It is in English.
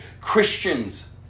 Christians